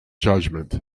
judgement